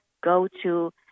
go-to